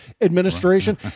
administration